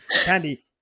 Tandy